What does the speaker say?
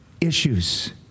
issues